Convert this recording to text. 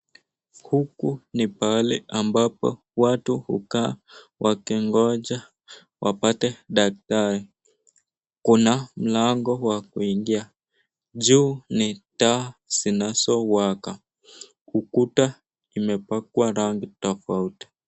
Huku ni pahali watu hukaa wakigonja wapate daktari. Kuna mlango wa kuingia, juu ni taa zinazowaka, ukuta imepakwa rangi tofauti.